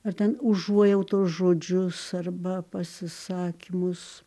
ar ten užuojautos žodžius arba pasisakymus